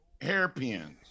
hairpins